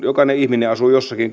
jokainen ihminen asuu jossakin